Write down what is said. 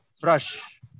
brush